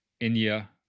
India